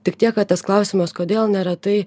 tik tiek kad tas klausimas kodėl neretai